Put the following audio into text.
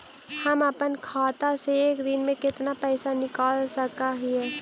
हम अपन खाता से एक दिन में कितना पैसा निकाल सक हिय?